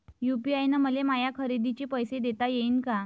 UPI न मले माया खरेदीचे पैसे देता येईन का?